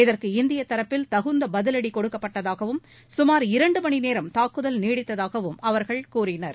இதற்கு இந்திய தரப்பில் தகுந்த பதிவடி கொடுக்கப்பட்டதாகவும் சுமார் இரண்டு மணிநேரம் தாக்குதல் நீடித்ததாகவும் அவர்கள் கூறினர்